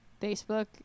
Facebook